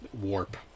warp